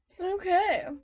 Okay